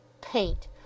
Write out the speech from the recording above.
Paint